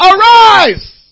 Arise